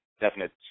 definite